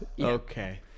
Okay